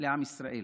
לעם ישראל